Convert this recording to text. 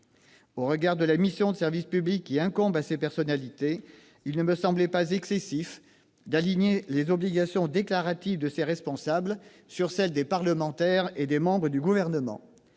Au regard de la mission de service public qui incombe à ces personnalités, il ne me semblait pas excessif d'aligner les obligations déclaratives de ces responsables sur celles des parlementaires et des membres du Gouvernement.